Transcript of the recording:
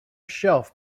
shelf